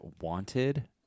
wanted